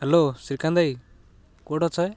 hello Srikanth ଭାଇ କେଉଁଠି ଅଛ ହେ